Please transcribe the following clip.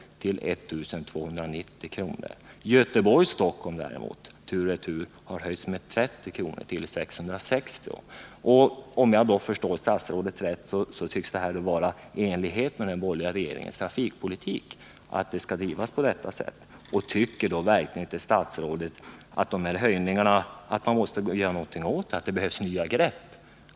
till 1 290 kr. Priset Göteborg-Stockholm däremot har höjts med 30 kr. till 660 kr. Om jag förstår statsrådet rätt tycks detta vara i enlighet med den borgerliga regeringens trafikpolitik. Tycker verkligen inte statsrådet att man måste göra någonting åt de här höjningarna, att det behövs nya grepp?